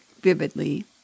vividly